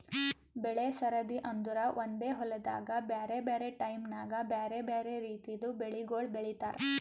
ಬೆಳೆ ಸರದಿ ಅಂದುರ್ ಒಂದೆ ಹೊಲ್ದಾಗ್ ಬ್ಯಾರೆ ಬ್ಯಾರೆ ಟೈಮ್ ನ್ಯಾಗ್ ಬ್ಯಾರೆ ಬ್ಯಾರೆ ರಿತಿದು ಬೆಳಿಗೊಳ್ ಬೆಳೀತಾರ್